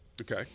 okay